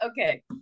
okay